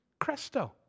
Cresto